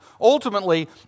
Ultimately